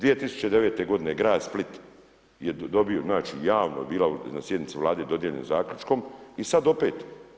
2009. godine grad Split je dobio znači, javno je bila na sjednici Vlade dodijeljeno zaključkom i sad opet.